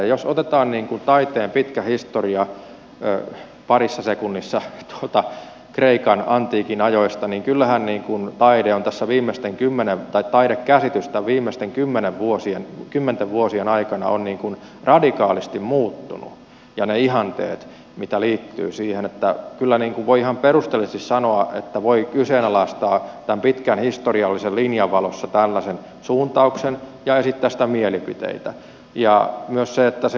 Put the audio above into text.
jos otetaan taiteen pitkä historia parissa sekunnissa kreikan antiikin ajoista niin kyllähän taidekäsitys on tässä viimeisten kymmenten vuosien aikana radikaalisti muuttunut ja ne ihanteet mitä liittyy siihen että kyllä voi ihan perustellusti sanoa että voi kyseenalaistaa tämän pitkän historiallisen linjan valossa tällaisen suuntauksen ja esittää siitä mielipiteitä